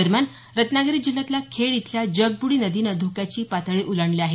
दरम्यान रत्नागिरी जिल्हातल्या खेड इथल्या जगब्रडी नदीनं धोक्याची पातळी ओलांडली आहे